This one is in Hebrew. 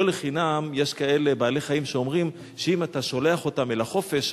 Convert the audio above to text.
לא לחינם יש כאלה בעלי-חיים שאומרים עליהם שאם אתה שולח אותם אל החופש,